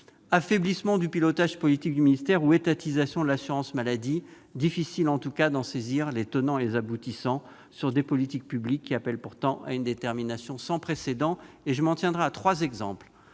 Affaiblissement du pilotage politique du ministère ou « étatisation » de l'assurance maladie ... Difficile, en tout cas, de saisir les tenants et aboutissants de cette orientation, s'agissant de politiques publiques qui appellent pourtant à une détermination sans précédent. Je m'en tiendrai à trois exemples.